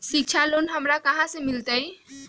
शिक्षा लोन हमरा कहाँ से मिलतै?